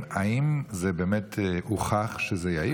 באמת הוכח כיעיל?